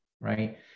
right